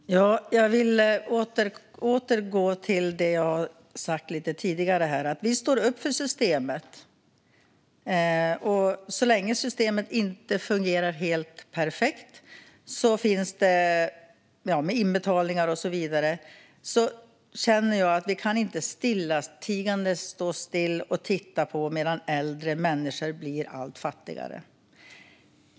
Herr talman! Jag vill återkomma till det jag sagt tidigare: Vi står upp för systemet. Så länge systemet inte fungerar helt perfekt, med inbetalningar och så vidare, känner jag att vi inte stillatigande kan stå och titta på medan äldre människor blir allt fattigare.